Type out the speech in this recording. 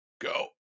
go